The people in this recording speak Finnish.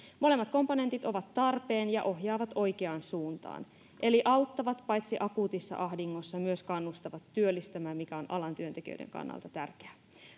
molemmat komponentit ovat tarpeen ja ohjaavat oikeaan suuntaan eli auttavat paitsi akuutissa ahdingossa myös kannustavat työllistämään mikä on alan työntekijöiden kannalta tärkeää